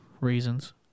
reasons